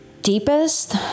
deepest